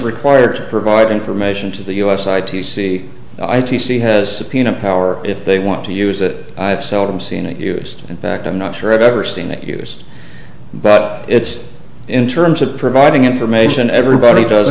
required to provide information to the us i t c i t c has subpoena power if they want to use it i've seldom seen it used in fact i'm not sure i've ever seen it used but it's in terms of providing information everybody does